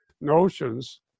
notions